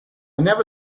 never